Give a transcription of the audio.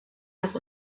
noch